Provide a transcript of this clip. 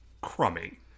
crummy